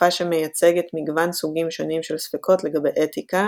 השקפה שמייצגת מגוון סוגים שונים של ספקות לגבי אתיקה,